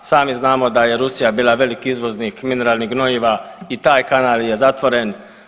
Sami znamo da je Rusija bila veliki izvoznik mineralnih gnojiva i taj kanal je zatvoren.